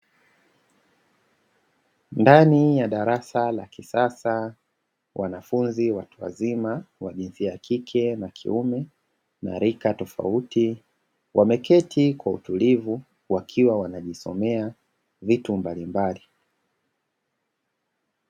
Ndani ya darasa la kisasa, wanafunzi watu wazima wa jinsia ya kike na kiume na rika tofauti, wameketi kwa utulivu wakiwa wanajisomea vitu mbalimbali.